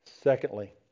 Secondly